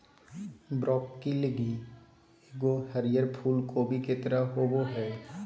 broccoli एगो हरीयर फूल कोबी के तरह होबो हइ